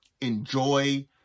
Enjoy